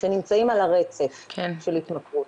שנמצאים על הרצף של התמכרות.